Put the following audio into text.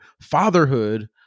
fatherhood